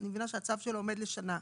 אני מבינה שהצו שלו עומד לשנה,